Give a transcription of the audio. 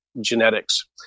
genetics